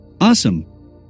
Awesome